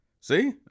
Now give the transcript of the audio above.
see